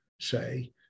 say